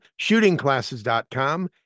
ShootingClasses.com